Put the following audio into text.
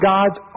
God's